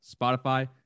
Spotify